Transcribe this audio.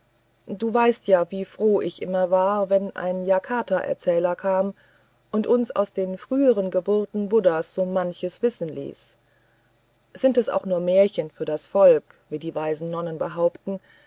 du weißt ja wie froh ich immer war wenn ein jataka erzähler kam und uns aus den früheren geburten buddhas so manches wissen ließ sind es auch nur märchen für das volk wie die weisen nonnen behaupten